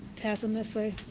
pass them this way.